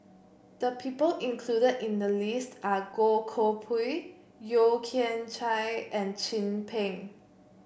the people included in the list are Goh Koh Pui Yeo Kian Chye and Chin Peng